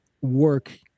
work